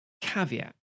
caveat